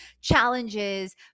challenges